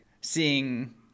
Seeing